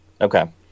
Okay